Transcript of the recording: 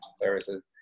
Services